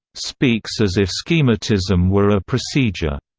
speaks as if so schematism were a procedure.